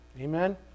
Amen